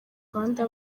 rwanda